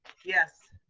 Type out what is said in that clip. yes.